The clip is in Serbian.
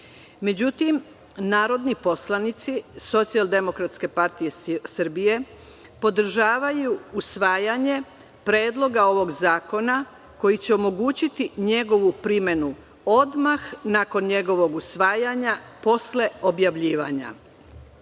Međutim, narodni poslanici SDPS podržavaju usvajanje predloga ovog zakona koji će omogućiti njegovu primenu odmah nakon njegovog usvajanja, posle objavljivanja. Put